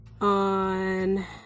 On